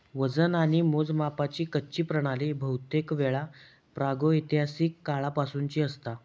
वजन आणि मोजमापाची कच्ची प्रणाली बहुतेकवेळा प्रागैतिहासिक काळापासूनची असता